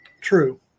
True